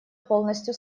полностью